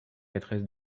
maîtresse